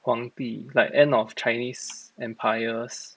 皇帝 like end of chinese empires